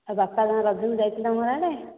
ଆଉ ବାପା କ'ଣ ରଜକୁ ଯାଇଥିଲେ ତୁମ ଆଡ଼େ